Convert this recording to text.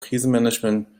krisenmanagement